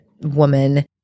woman